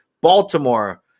baltimore